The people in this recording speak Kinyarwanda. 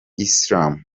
isilamu